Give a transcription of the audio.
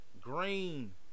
Green